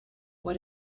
what